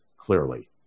clearly